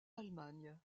allemagne